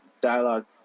dialogue